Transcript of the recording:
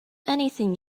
anything